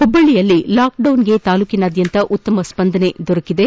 ಹುಬ್ಬಳ್ಳಿಯಲ್ಲಿ ಲಾಕ್ಡೌನ್ಗೆ ತಾಲೂಕಿನಾದ್ಯಂತ ಉತ್ತಮ ಸ್ಪಂದನೆ ದೊರೆಕಿದೆ